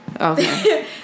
okay